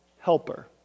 helper